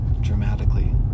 dramatically